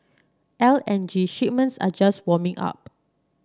L N G shipments are just warming up